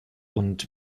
und